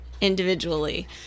individually